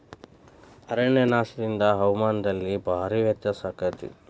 ಅರಣ್ಯನಾಶದಿಂದ ಹವಾಮಾನದಲ್ಲಿ ಭಾರೇ ವ್ಯತ್ಯಾಸ ಅಕೈತಿ